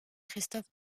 christophe